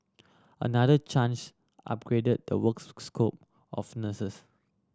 another change upgraded the works scope of nurses